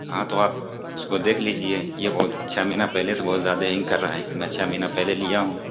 ہاں تو آپ اس کو دیکھ لیجیے یہ بہت چھ مہینہ پہلے سے بہت زیادہ ہینگ کر رہا ہے میں چھ مہینہ پہلے لیا ہوں